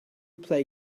play